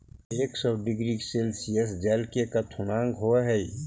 एक सौ degree Celsius जल के क्वथनांक होवऽ हई